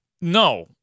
no